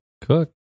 cook